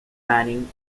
fanning